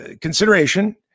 consideration